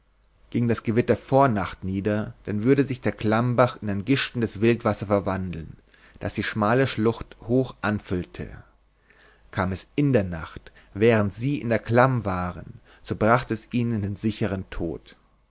ging das gewitter vor nacht nieder dann würde sich der klammbach in ein gischtendes wildwasser verwandeln das die schmale schlucht hoch anfüllte kam es in der nacht während sie in der klamm waren so brachte es ihnen den sicheren tod